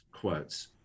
quotes